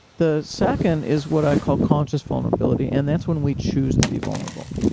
the second is what i call conscious vulnerability, and that's when we choose to be vulnerable.